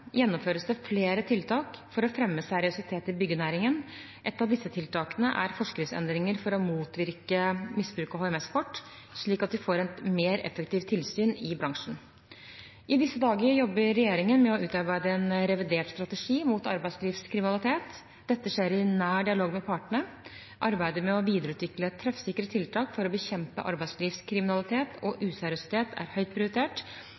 gjennomføres det flere tiltak for å fremme seriøsitet i byggenæringen. Et av disse tiltakene er forskriftsendringer for å motvirke misbruk av HMS-kort, slik at vi får et mer effektivt tilsyn i bransjen. I disse dager jobber regjeringen med å utarbeide en revidert strategi mot arbeidslivskriminalitet. Dette skjer i nær dialog med partene. Arbeidet med å videreutvikle treffsikre tiltak for å bekjempe arbeidslivskriminalitet og useriøsitet er høyt prioritert.